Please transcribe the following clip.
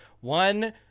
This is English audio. One